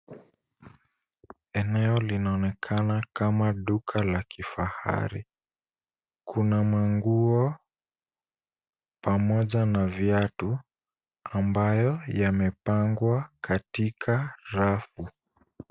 Eneo linaonekana kama duka la kifahari. Kuna manguo, pamoja na viatu, ambayo yamepangwa katika rafu.